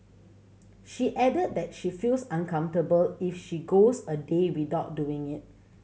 she added that she feels uncomfortable if she goes a day without doing it